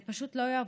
זה פשוט לא יעבוד.